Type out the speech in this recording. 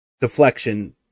deflection